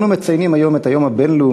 אנו מציינים היום את היום הבין-לאומי